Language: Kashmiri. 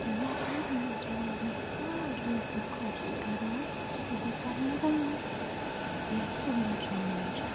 تہٕ یَتھ منٛز یُس جاے مےٚ ساروِیو کھۄتہٕ خۄش چھِ کَران سُہ گوٚو پَنُن گام یَتھ سُملَر وَنان چھِ